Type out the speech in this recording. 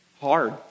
hard